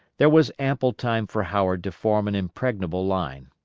there was ample time for howard to form an impregnable line.